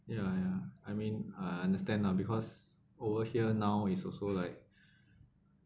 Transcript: ya ya I mean I understand lah because over here now is also like